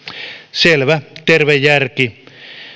selvä terve järki